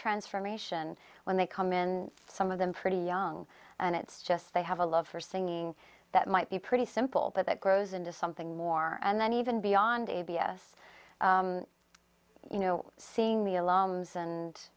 transformation when they come in some of them pretty young and it's just they have a love for singing that might be pretty simple but it grows into something more and then even beyond abs you know seeing the alarms and